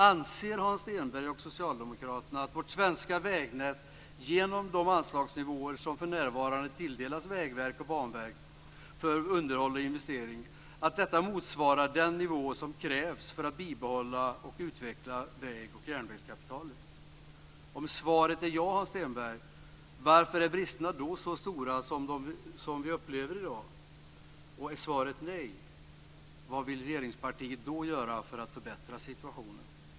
Anser Hans Stenberg och Socialdemokraterna att vårt svenska vägnät genom de anslag som för närvarande tilldelas Vägverket och Banverket för underhåll och investeringar motsvarar den nivå som krävs för att bibehålla och utveckla väg och järnvägskapitalet? Om svaret är ja, Hans Stenberg, varför är då bristerna så stora som de vi upplever i dag? Är svaret nej, vad vill regeringspartiet då göra för att förbättra situationen?